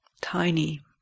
tiny